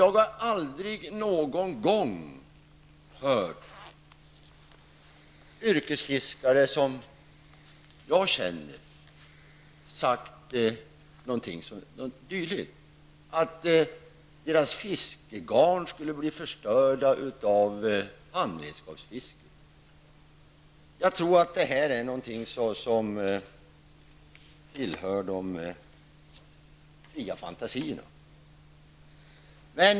Jag har aldrig någon gång hört de yrkesfiskare som jag känner säga någonting dylikt, dvs. att deras fiskegarn skulle bli förstörda av handredskapsfisket. Jag tror att detta är någonting som tillhör de fria fantasierna.